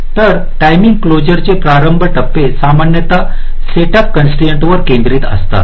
तर टायमिंग क्लोजरचे प्रारंभिक टप्पे सामान्यत सेटअप कॉन्स्ट्राइन्टसवर केंद्रित असतात